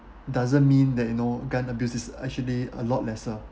doesn't mean that you know gun abuse is actually a lot lesser